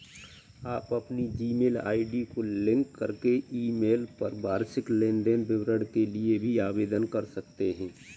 आप अपनी Gmail ID को लिंक करके ईमेल पर वार्षिक लेन देन विवरण के लिए भी आवेदन कर सकते हैं